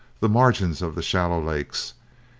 the margins of the shallow lakes,